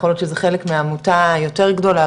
יכול להיות שזה חלק מעמותה יותר גדולה,